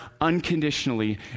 unconditionally